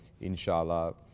Inshallah